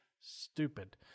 Stupid